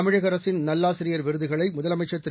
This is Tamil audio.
தமிழக அரசின் நல்லாசிரியர் விருதுகளை முதலமைச்சா் திரு